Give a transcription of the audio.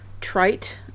trite